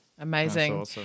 Amazing